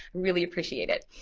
really appreciate it.